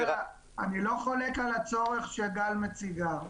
אני לא חולק על הצורך שגל מציגה.